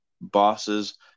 bosses